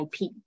IP